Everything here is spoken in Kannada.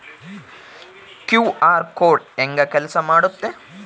ಕ್ಯೂ.ಆರ್ ಕೋಡ್ ಹೆಂಗ ಕೆಲಸ ಮಾಡುತ್ತೆ?